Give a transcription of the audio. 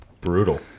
brutal